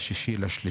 ב-6.3